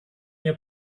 мне